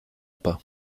pas